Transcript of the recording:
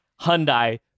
Hyundai